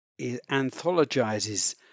anthologizes